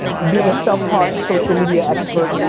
being a self-taught social media expert,